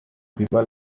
people